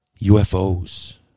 UFOs